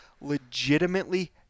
legitimately